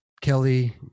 Kelly